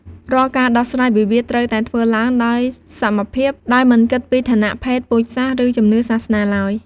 រាល់ការដោះស្រាយវិវាទ ត្រូវតែធ្វើឡើងដោយសមភាព ដោយមិនគិតពីឋានៈ ភេទ ពូជសាសន៍ ឬជំនឿសាសនាឡើយ។